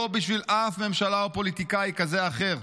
בשביל אף ממשלה או פוליטיקאי כזה או אחר.